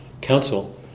council